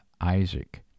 Isaac